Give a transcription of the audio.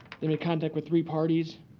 they made contact with three parties.